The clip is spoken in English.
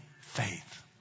faith